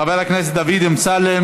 חבר הכנסת דוד אמסלם,